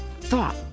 thought